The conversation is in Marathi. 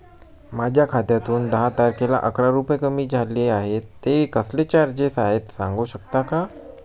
माझ्या खात्यातून दहा तारखेला अकरा रुपये कमी झाले आहेत ते कसले चार्जेस आहेत सांगू शकता का?